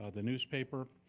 ah the newspaper.